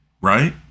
right